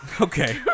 Okay